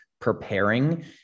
preparing